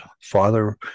father